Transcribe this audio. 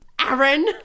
Aaron